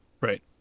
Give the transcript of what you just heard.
right